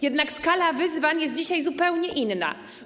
Jednak skala wyzwań jest dzisiaj zupełnie inna.